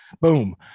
boom